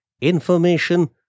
information